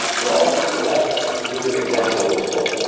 well, let's use an example of the squat.